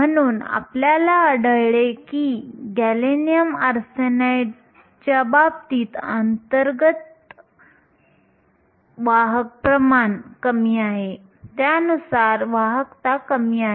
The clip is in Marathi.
म्हणून आपल्याला आढळले की गॅलियम आर्सेनाइडच्या बाबतीत अंतर्गत वाहक प्रमाण कमी आहे त्यानुसार वाहकता कमी आहे